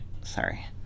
sorry